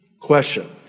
Question